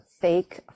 fake